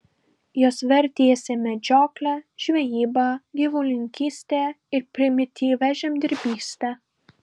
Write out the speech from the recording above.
jos vertėsi medžiokle žvejyba gyvulininkyste ir primityvia žemdirbyste